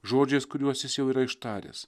žodžiais kuriuos jis jau yra ištaręs